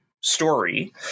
story